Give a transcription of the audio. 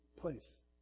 place